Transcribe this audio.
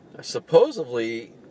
Supposedly